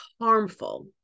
harmful